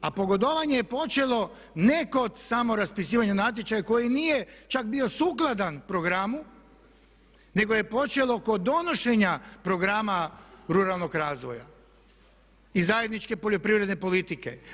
A pogodovanje je počelo ne kod samo raspisivanja natječaja koji nije čak bio sukladan programu nego je počelo kod donošenja Programa ruralnog razvoja i zajedničke poljoprivredne politike.